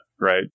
right